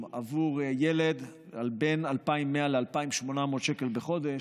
עבור ילד על בין 2,100 ל-2,800 שקל בחודש,